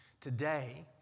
Today